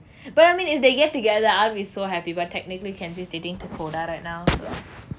but I mean if they get together I'll be so happy but technically kenzy is dating coda right now